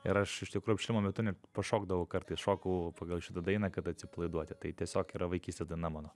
ir aš iš tikrųjų apšilimo metu pašokdavau kartais šokau pagal šitą dainą kad atsipalaiduoti tai tiesiog yra vaikystės daina mano